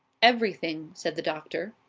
everything, said the doctor.